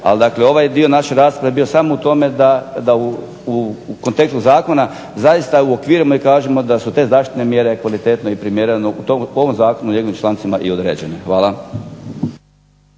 ali ovaj dio naše rasprave bio samo u tome da u kontekstu zakona samo uokvirimo i kažemo da su te zaštitne mjere kvalitetne i primjerene po ovom Zakonu i njegovim člancima i određene. Hvala.